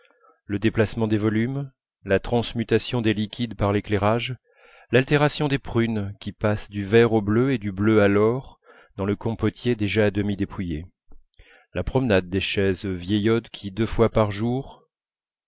le déplacement des volumes la transmutation des liquides par l'éclairage l'altération des prunes qui passent du vert au bleu et du bleu à l'or dans le compotier déjà à demi dépouillé la promenade des chaises vieillottes qui deux fois par jour